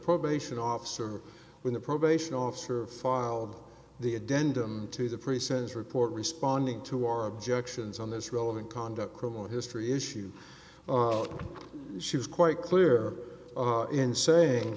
probation officer when the probation officer filed the a dent them to the present report responding to our objections on this relevant conduct criminal history issue she was quite clear in saying